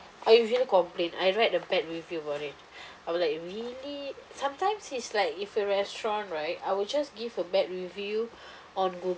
I usually complain I write a bad review about it I will like really sometimes it's like if a restaurant right I will just give a bad review on